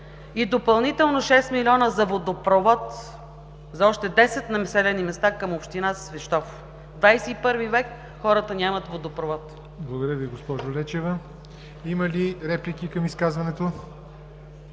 И допълнително 6 милиона за водопровод за още 10 населени места към община Свищов. В XXI в. хората нямат водопровод. ПРЕДСЕДАТЕЛ ЯВОР НОТЕВ: Благодаря Ви, госпожо Лечева. Има ли реплики към изказването?